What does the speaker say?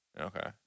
Okay